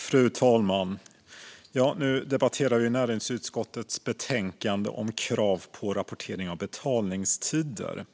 Fru talman! Nu debatterar vi näringsutskottets betänkande om krav på rapportering av betalningstider.